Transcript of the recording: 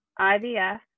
IVF